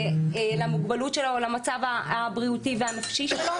למוגבלות שלו או למצב הבריאותי והנפשי שלו?